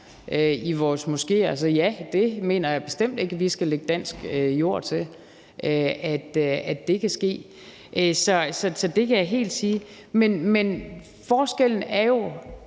i vores moskéer, så ja, for jeg mener bestemt ikke, at vi skal lægge dansk jord til, at det kan ske – det kan jeg helt bestemt sige. Men forskellen er jo